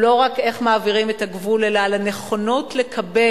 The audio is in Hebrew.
הוא לא רק איך מעבירים את הגבול אלא על הנכונות לקבל,